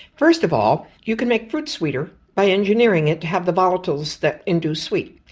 first of all you can make fruit sweeter by engineering it to have the volatiles that induce sweet.